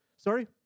Sorry